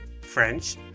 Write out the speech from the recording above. French